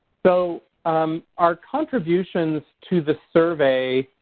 so our contributions to the survey